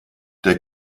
der